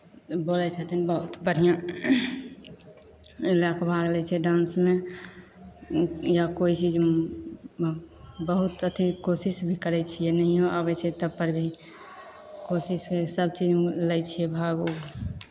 बोलै छथिन बहुत बढ़िआँ एहि लऽ कऽ भाग लै छियै डांसमे या कोइ चीजमे बहुत अथि कोशिश भी करै छियै नहिओ आबै छै तब पर भी कोशिश सभ चीजमे लै छियै भाग उग